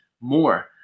more